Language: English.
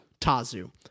Tazu